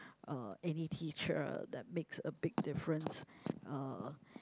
uh any teacher that makes a big difference uh